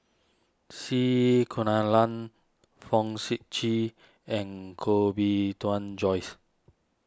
C Kunalan Fong Sip Chee and Koh Bee Tuan Joyce